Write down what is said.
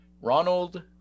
Ronald